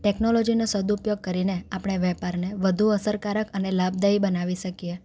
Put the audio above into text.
ટેક્નોલૉજીનો સદુપયોગ કરીને આપણે વેપારને વધુ અસરકારક અને લાભદાયી બનાવી શકીએ